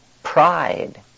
Pride